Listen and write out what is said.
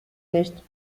nicht